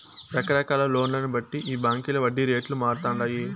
రకరకాల లోన్లను బట్టి ఈ బాంకీల వడ్డీ రేట్లు మారతండాయి